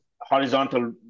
horizontal